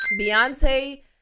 Beyonce